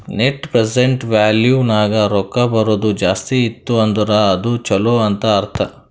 net present value ನಾಗ್ ರೊಕ್ಕಾ ಬರದು ಜಾಸ್ತಿ ಇತ್ತು ಅಂದುರ್ ಅದು ಛಲೋ ಅಂತ್ ಅರ್ಥ